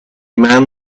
man